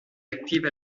active